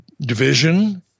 division